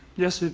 yes,